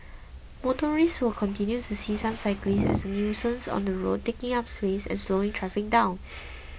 motorists will continue to see some cyclists as a nuisance on the road taking up space and slowing traffic down